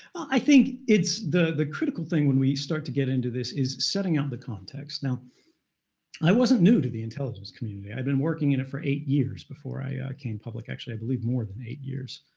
i think it's the the critical thing when we start to get into this is setting out the context. now i wasn't new to the intelligence community. i'd been working in it for eight years before i came public. actually i believe more than eight years.